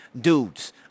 dudes